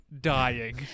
dying